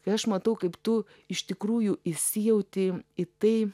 kai aš matau kaip tu iš tikrųjų įsijauti į tai